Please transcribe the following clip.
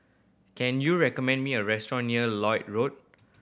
can you recommend me a restaurant near Lloyd Road